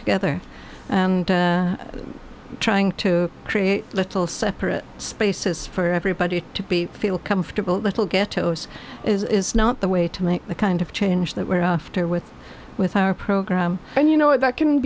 together and trying to create little separate spaces for everybody to be feel comfortable little ghettoes is not the way to make the kind of change that we're after with with our program and you know about can